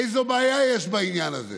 איזו בעיה יש בעניין הזה